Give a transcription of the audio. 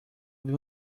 viu